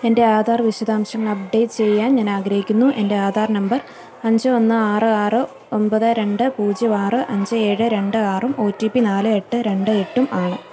എൻ്റെ ആധാർ വിശദാംശങ്ങൾ അപ്ഡേറ്റ് ചെയ്യാൻ ഞാൻ ആഗ്രഹിക്കുന്നു എൻ്റെ ആധാർ നമ്പർ അഞ്ച് ഒന്ന് ആറ് ആറ് ഒമ്പത് രണ്ട് പൂജ്യം ആറ് അഞ്ച് ഏഴ് രണ്ട് ആറും ഒ ടി പി നാല് എട്ട് രണ്ട് എട്ടും ആണ്